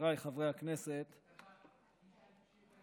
חבריי חברי הכנסת -- קראתי שאילתה רגילה?